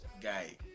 Guy